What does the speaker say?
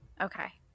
Okay